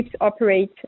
operate